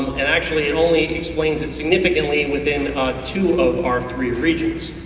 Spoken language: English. and actually it only explains it significantly within two of our three regions.